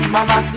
Mama